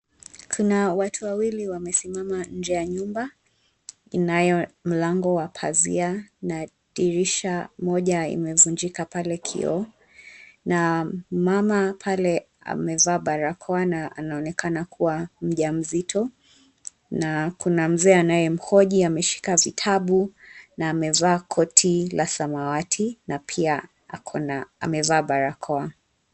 Kuna watu wawili wamesimama inje ya nyumba, inayo mlango wa pazia na dirisha moja imevunjika pale kioo, na mama pale amevaa barakoa na anaonekana kuwa mjamzito, na kuna mzee anayemhoji ameshika vitabu na amevaa koti la samawati na pia ako na ,amevaa barakoa.